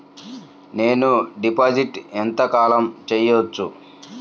నేను డిపాజిట్ ఎంత కాలం చెయ్యవచ్చు?